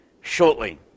shortly